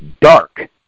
dark